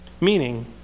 Meaning